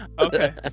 Okay